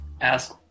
Ask